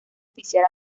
oficial